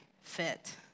fit